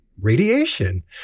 radiation